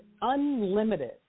unlimited